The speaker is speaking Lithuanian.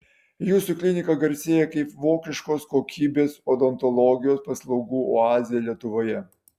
jūsų klinika garsėja kaip vokiškos kokybės odontologijos paslaugų oazė lietuvoje